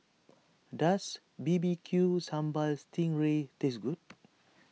does B B Q Sambal Sting Ray taste good